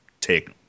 take